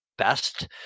best